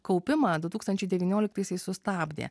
kaupimą du tūkstančiai devynioliktaisiais sustabdė